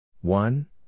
One